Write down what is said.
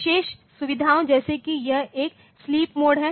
विशेष सुविधाओंजैसे की यह एक स्लीप मोड है